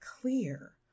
clear